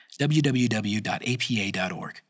www.apa.org